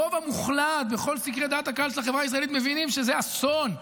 הרוב המוחלט בכל סקרי דעת הקהל של החברה הישראלית מבין שזה אסון.